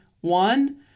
one